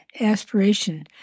aspiration